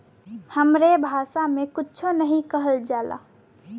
हमरे भासा मे कुच्छो नाहीं कहल जाला